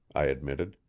i admitted.